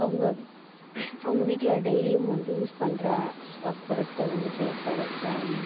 அவங்க அவங்க வீட்டில டெய்லியும் வந்து யூஸ் பண்ணுற அப்பொருட்கள் வந்து பேப்பர்